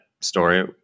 story